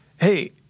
hey